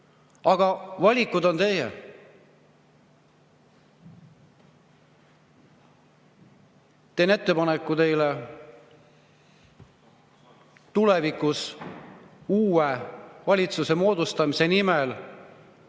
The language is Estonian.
Aga valikud on teie. Teen teile ettepaneku tulevikus uue valitsuse moodustamise nimel,